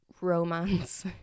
romance